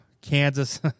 Kansas